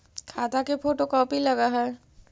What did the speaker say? खाता के photocopy लगहै?